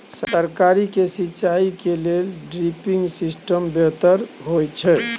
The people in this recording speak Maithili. तरकारी के सिंचाई के लेल ड्रिपिंग सिस्टम बेहतर होए छै?